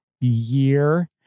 year